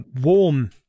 warm